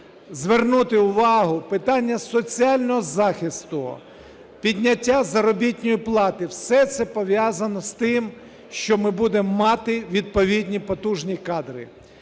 звернути увагу на питання соціального захисту, підняття заробітної плати. Все це пов'язано з тим, що ми будемо мати відповідні потужні кадри.